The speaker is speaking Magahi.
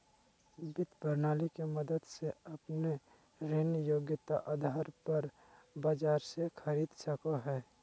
वित्त प्रणाली के मदद से अपने ऋण योग्यता आधार पर बाजार से खरीद सको हइ